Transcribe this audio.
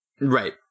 Right